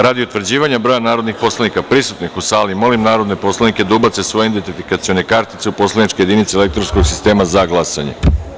Radi utvrđivanja broja narodnih poslanika prisutnih u sali, molim narodne poslanike da ubace svoje identifikacione kartice u poslaničke jedinice elektronskog sistema za glasanje.